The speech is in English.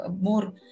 more